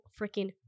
freaking